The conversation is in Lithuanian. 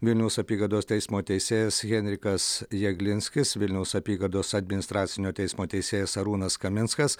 vilniaus apygardos teismo teisėjas henrikas jaglinskis vilniaus apygardos administracinio teismo teisėjas arūnas kaminskas